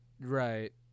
Right